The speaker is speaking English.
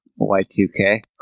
Y2K